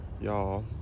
Y'all